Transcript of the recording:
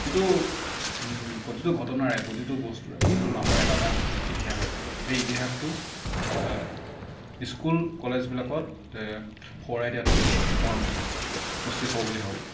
প্ৰতিটো প্ৰতিটো ঘটনাৰে প্ৰতিটো বস্তুৰে প্ৰতিটো নামৰে এটা এটা ইতিহাস আছে সেই ইতিহাসটো স্কুল কলেজবিলাকত সোঁৱৰাই দিয়াটো মই উচিত হ'ব বুলি ভাবোঁ